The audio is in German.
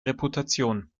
reputation